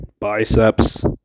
Biceps